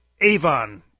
Avon